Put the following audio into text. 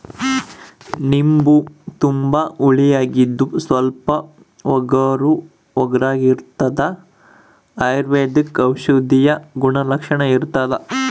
ನಿಂಬು ತುಂಬಾ ಹುಳಿಯಾಗಿದ್ದು ಸ್ವಲ್ಪ ಒಗರುಒಗರಾಗಿರಾಗಿರ್ತದ ಅಯುರ್ವೈದಿಕ ಔಷಧೀಯ ಗುಣಲಕ್ಷಣ ಇರ್ತಾದ